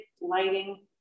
lighting